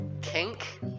Kink